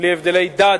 בלי הבדלי דת,